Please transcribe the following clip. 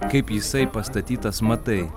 kaip jisai pastatytas matai